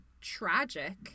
tragic